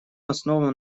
основан